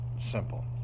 simple